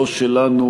לא שלנו,